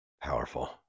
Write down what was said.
Powerful